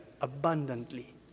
abundantly